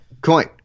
coin